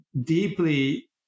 Deeply